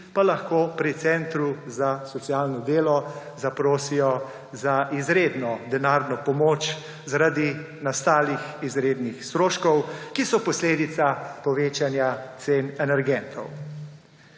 pa lahko pri centru za socialno delo zaprosijo za izredno denarno pomoč zaradi nastalih izrednih stroškov, ki so posledica povečanja cen energentov.